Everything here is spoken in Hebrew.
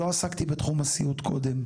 לא עסקתי בתחום הסיעוד קודם.